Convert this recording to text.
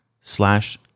slash